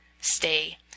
Stay